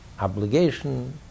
obligation